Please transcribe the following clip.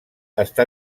està